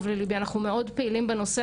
שמטפל באספקט מסויים.